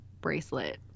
bracelet